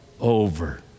over